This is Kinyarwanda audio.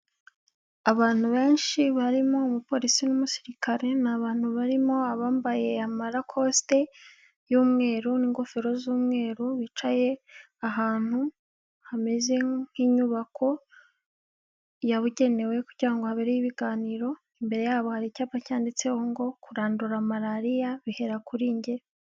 Abantu benshi barimo umupolisi n'umusirikare ni abantu barimo abambaye amarakosite y'umweru n'ingofero z'umweru bicaye ahantu hameze nk'inyubako yabugenewe kugira ngo habereyo ibiganiro, imbere yabo hari icyapa cyanditseho ngo kurandura malariya bihera kuri nge.